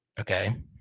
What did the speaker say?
okay